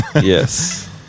yes